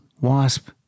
Wasp